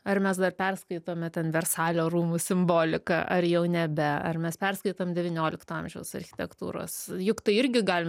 ar mes dar perskaitome ten versalio rūmų simboliką ar jau nebe ar mes perskaitom devyniolikto amžiaus architektūros juk tai irgi galim